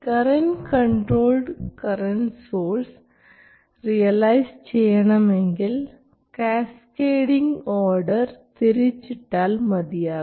current controlled current source realise ചെയ്യണമെങ്കിൽ cascading order തിരിച്ചിട്ടാൽ മതിയാകും